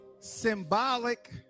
Symbolic